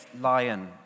lion